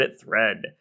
thread